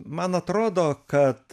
man atrodo kad